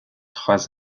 trois